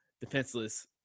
defenseless